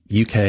UK